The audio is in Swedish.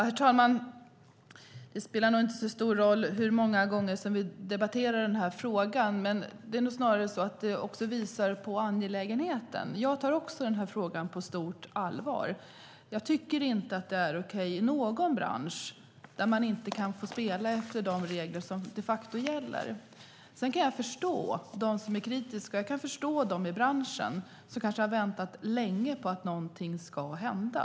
Herr talman! Det spelar nog inte så stor roll hur många gånger vi debatterar denna fråga. Det visar snarare på angelägenheten. Jag tar också denna fråga på stort allvar. Jag tycker inte att det är okej i någon bransch att inte få spela efter de regler som de facto gäller. Sedan kan jag förstå dem som är kritiska, och jag kan förstå dem i branschen som kanske har väntat länge på att någonting ska hända.